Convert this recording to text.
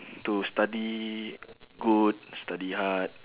to study good study hard